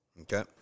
Okay